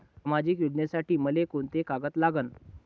सामाजिक योजनेसाठी मले कोंते कागद लागन?